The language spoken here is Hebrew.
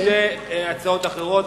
יש שתי הצעות אחרות.